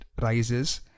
rises